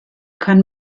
kann